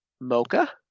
Mocha